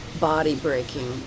body-breaking